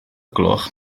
gloch